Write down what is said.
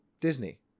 Disney